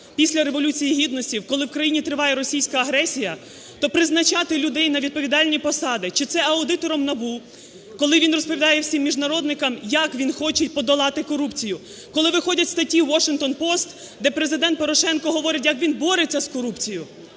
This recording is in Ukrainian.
після Революції Гідності, коли в країні триває російська агресія, то призначати людей на відповідальні посади чи це аудитором НАБУ, коли він розповідає всім міжнародникам, як він хоче подолати корупцію, коли виходять статті у Washington Post, де Президент Порошенко говорить, як він бореться з корупцією,